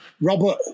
Robert